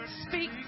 Speak